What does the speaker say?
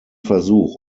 versuch